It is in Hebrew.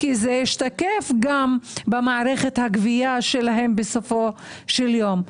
כי זה ישתקף גם במערכת הגבייה שלהן בסופו של יום.